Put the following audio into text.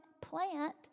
plant